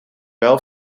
wel